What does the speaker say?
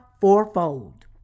fourfold